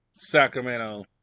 Sacramento